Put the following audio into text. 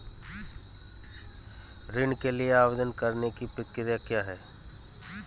ऋण के लिए आवेदन करने की प्रक्रिया क्या है?